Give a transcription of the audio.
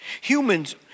Humans